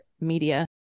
media